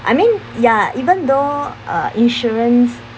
I mean ya even though uh insurance